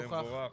זה יהיה מבורך.